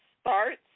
starts